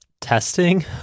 testing